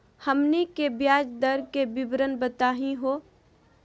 हमनी के ब्याज दर के विवरण बताही हो?